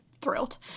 thrilled